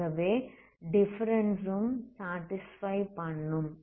ஆகவே டிஃபரன்ஸ் ம் சாடிஸ்ஃபை பண்ணும்